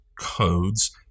codes